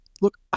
look